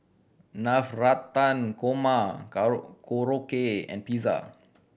Navratan Korma Korokke and Pizza